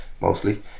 mostly